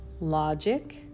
logic